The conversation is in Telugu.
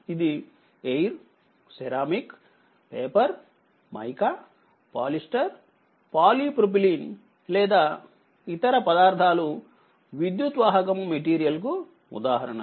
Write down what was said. ఇది ఎయిర్సిరామిక్ పేపర్ మైకా పాలిస్టర్ పాలీప్రొపెలీన్లేదా ఇతర పదార్థాలు విద్యుద్వాహకము మెటీరియల్ కు ఉదాహరణలు